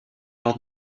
lors